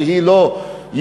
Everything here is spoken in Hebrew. שהיא לא יהודית,